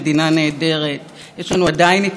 יש לנו עדיין ארגוני חברה חזקים,